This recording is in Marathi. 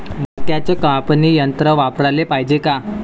मक्क्याचं कापनी यंत्र वापराले पायजे का?